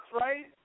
right